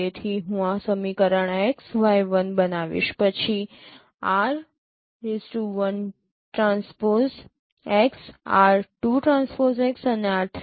તેથી હું આ સમીકરણ x y 1 બનાવીશ પછી r1Tx r2Tx અને r3Tx